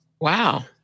Wow